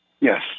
Yes